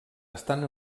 estan